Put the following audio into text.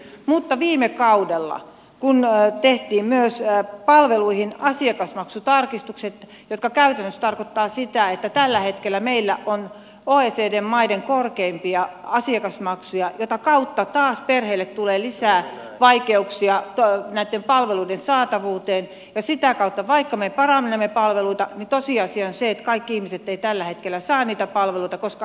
mutta viime kaudella tehtiin myös palveluihin asiakasmaksutarkistukset jotka käytännössä tarkoittavat sitä että tällä hetkellä meillä on oecd maiden korkeimpia asiakasmaksuja joiden kautta perheille tulee taas lisää vaikeuksia saada näitä palveluita ja sitä kautta vaikka me parannamme palveluita tosiasia on se että kaikki ihmiset eivät tällä hetkellä saa niitä palveluita koska asiakasmaksut ovat niin korkeita